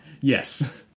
Yes